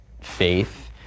faith